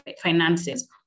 finances